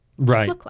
right